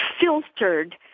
filtered